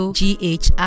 gh